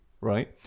right